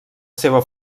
seva